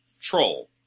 Troll